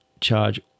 charge